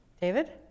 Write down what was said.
David